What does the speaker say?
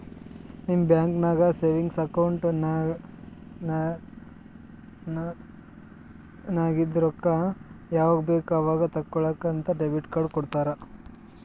ನೀವ್ ಬ್ಯಾಂಕ್ ನಾಗ್ savings account ನಾಗಿಂದ್ ರೊಕ್ಕಾ ಯಾವಾಗ್ ಬೇಕ್ ಅವಾಗ್ ತೇಕೊಳಾಕ್ ಅಂತ್ ಡೆಬಿಟ್ ಕಾರ್ಡ್ ಕೊಡ್ತಾರ